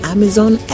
Amazon